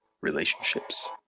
relationships